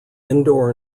indoor